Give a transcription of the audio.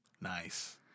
Nice